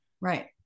Right